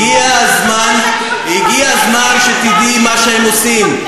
הגיע הזמן שתדעי מה שהם עושים.